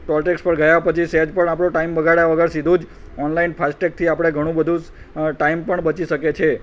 toll tax પર ગયા પછી સહેજ પણ આપણો ટાઇમ બગાડયા વગર સીધું જ ઓનલાઇન ફાસ્ટેગથી આપણે ઘણું બધુ ટાઇમ પણ બચી શકે છે